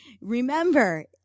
remember